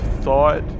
thought